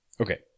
Okay